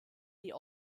die